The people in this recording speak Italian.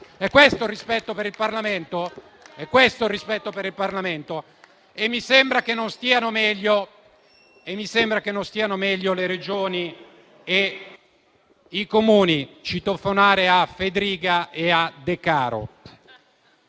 È questo il rispetto per il Parlamento? Mi sembra che non stiano meglio le Regioni e i Comuni (citofonare a Fedriga e a Decaro).